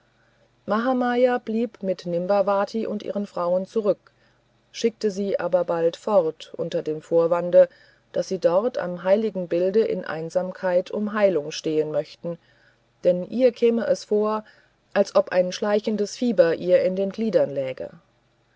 mahamaya blieb mit nimbavati und ihren frauen zurück schickte sie aber bald fort unter dem vorwande daß sie dort am heiligen bilde in einsamkeit um heilung stehen möchte denn ihr käme es vor als ob ein schleichendes fieber ihr in den gliedern läge